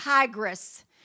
tigress